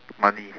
money